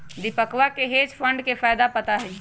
दीपकवा के hedge fund के फायदा पता हई